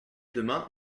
demain